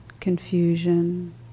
confusion